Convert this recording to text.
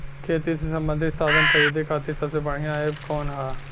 खेती से सबंधित साधन खरीदे खाती सबसे बढ़ियां एप कवन ह?